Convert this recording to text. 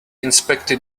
inspected